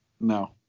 No